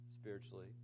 spiritually